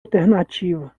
alternativa